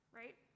right